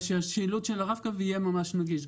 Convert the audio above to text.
שהשילוט של הרב קו יהיה ממש נגיש,